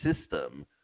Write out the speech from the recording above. system